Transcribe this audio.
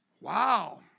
Wow